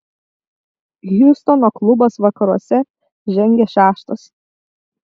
hjustono klubas vakaruose žengia šeštas